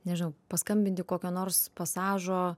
nežinau paskambinti kokio nors pasažo